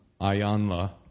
Ayanla